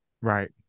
right